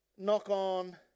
knock-on